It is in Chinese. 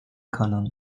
可能